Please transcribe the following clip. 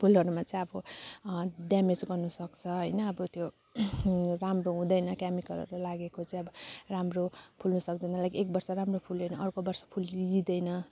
फुलहरूमा चाहिँ अब ड्यामेज गर्नुसक्छ होइन अब त्यो राम्रो हुँदैन केमिकलहरू लागेको चाहिँ अब राम्रो फुल्न सक्दैन लाइक एक वर्ष राम्रो फुल्यो भने अर्को वर्ष फुलिदिँदैन